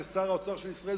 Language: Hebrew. כשר האוצר של ישראל,